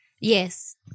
Yes